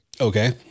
Okay